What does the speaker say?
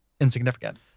insignificant